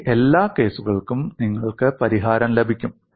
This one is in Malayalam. ഈ എല്ലാ കേസുകൾക്കും നിങ്ങൾക്ക് പരിഹാരം ലഭിക്കും